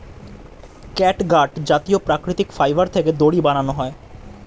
catgut জাতীয় প্রাকৃতিক fibre থেকে দড়ি বানানো হয়